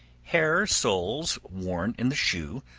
hair soles worn in the shoe,